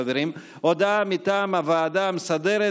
חברים: הודעה מטעם הוועדה המסדרת